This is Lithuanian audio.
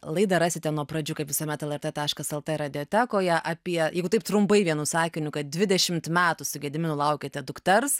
laidą rasite nuo pradžių kaip visuomet lrt taškas lt ra diotekoje apie jeigu taip trumpai vienu sakiniu kad dvidešimt metų su gediminu laukėte dukters